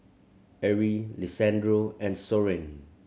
Arie Lisandro and Soren